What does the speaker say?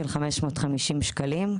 של 550 שקלים.